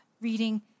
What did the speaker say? reading